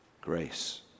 Grace